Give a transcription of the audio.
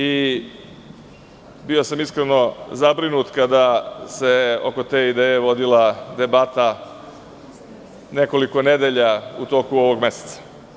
Iskreno sam bio zabrinut kada se oko te ideje vodila debata nekoliko nedelja u toku ovog meseca.